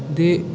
ते